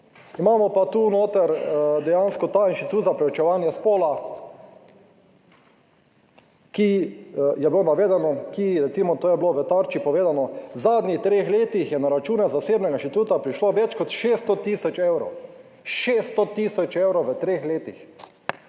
Imamo pa tu noter dejansko ta inštitut za preučevanje spola, ki je bilo navedeno, ki recimo to je bilo v Tarči povedano, v zadnjih treh letih je na račune zasebnega inštituta prišlo več kot 600 tisoč evrov, 600 tisoč evrov v treh letih